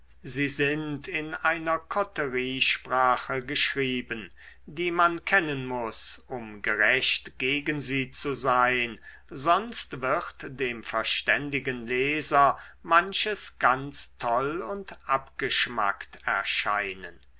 sie sind in einer koteriesprache geschrieben die man kennen muß um gerecht gegen sie zu sein sonst wird dem verständigen leser manches ganz toll und abgeschmackt erscheinen